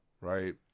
Right